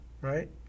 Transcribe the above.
right